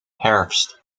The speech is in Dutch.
herfst